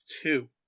two